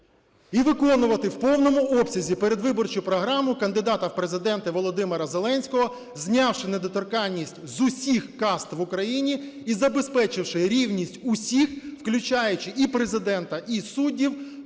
І виконувати в повному обсязі передвиборчу програму кандидата в Президенти Володимира Зеленського, знявши недоторканність з усіх каст в Україні і забезпечивши рівність усіх, включаючи і Президента, і суддів